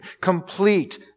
complete